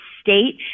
state